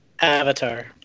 Avatar